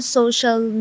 social